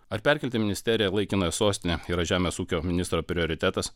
ar perkelti ministeriją į laikinąją sostinę yra žemės ūkio ministro prioritetas